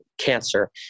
cancer